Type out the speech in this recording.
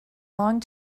long